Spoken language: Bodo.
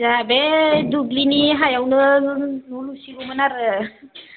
जाहा बे दुब्लिनि हायावनो न' लुसिगौमोन आरो